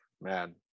Man